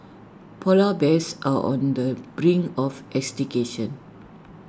Polar Bears are on the brink of extinction